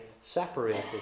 separated